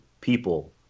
people